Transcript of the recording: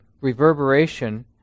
reverberation